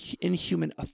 inhuman